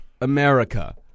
America